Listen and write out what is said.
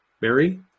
Mary